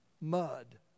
Mud